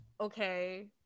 okay